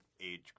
age